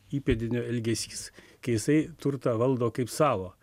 įpėdinio elgesys kai jisai turtą valdo kaip savo